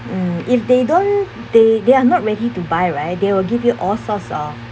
mm if they don't they they are not ready to buy right they will give you all sorts of